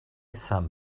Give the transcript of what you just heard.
some